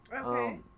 Okay